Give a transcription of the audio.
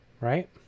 right